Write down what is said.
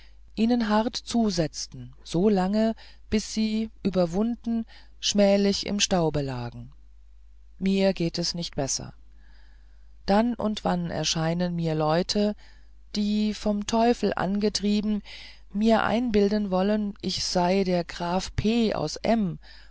ihnen hart zusetzten so lange bis sie überwunden schmählich im staube lagen mir geht es nicht besser dann und wann erscheinen mir leute die vom teufel angetrieben mir einbilden wollen ich sei der graf p aus m